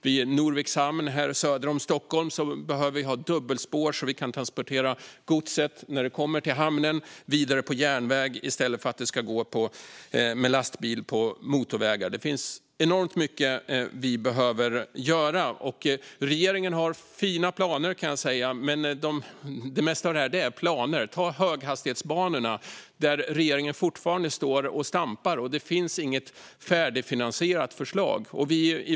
Vid Norviks hamn, söder om Stockholm, behöver vi till exempel ha dubbelspår så att vi kan transportera det gods som kommer till hamnen vidare på järnväg i stället för att det ska gå med lastbil på motorvägar. Det finns enormt mycket som vi behöver göra. Regeringen har fina planer, kan jag säga, men det mesta är just planer. När det till exempel gäller höghastighetsbanorna står regeringen fortfarande och stampar; det finns inget färdigfinansierat förslag.